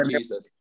Jesus